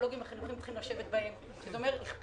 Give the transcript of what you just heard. שהפסיכולוגים החינוכיים צריכים לשבת בהם ואת עבודתם.